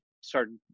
started